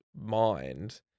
mind